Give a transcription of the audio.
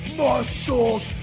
muscles